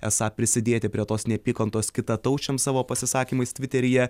esą prisidėti prie tos neapykantos kitataučiams savo pasisakymais tviteryje